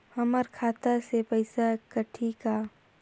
हमर खाता से पइसा कठी का?